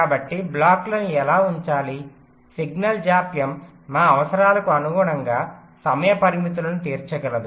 కాబట్టి బ్లాక్లను ఎలా ఉంచాలి సిగ్నల్ జాప్యం మా అవసరాలకు అనుగుణంగా సమయ పరిమితులను తీర్చగలదు